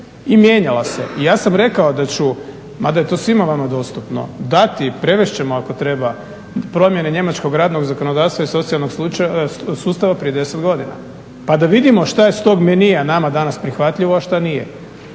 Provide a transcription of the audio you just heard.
i mijenjala se. I ja sam rekao da ću, mada je to svima vama dostupno, dati, prevest ćemo ako treba promjene njemačkog radnog zakonodavstva i socijalnog sustava prije 10 godina. Pa da vidimo šta je sa tog menija nama danas prihvatljivo a šta nije.